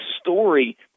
story